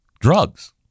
drugs